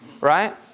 right